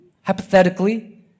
hypothetically